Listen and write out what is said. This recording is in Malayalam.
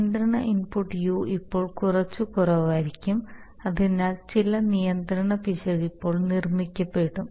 നിയന്ത്രണ ഇൻപുട്ട് u ഇപ്പോൾ കുറച്ച് കുറവായിരിക്കും അതിനാൽ ചില നിയന്ത്രണ പിശക് ഇപ്പോൾ നിർമ്മിക്കപ്പെടും